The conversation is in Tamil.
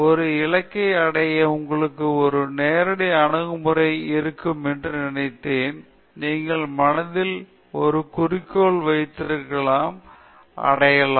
ஒரு இலக்கை அடைய உங்களுக்கு ஒரு நேரடி அணுகுமுறை இருக்கும் என்று நினைத்தேன் நீங்கள் மனதில் ஒரு குறிக்கோள் வைத்திருப்பீர்கள் அடையலாம்